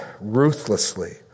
ruthlessly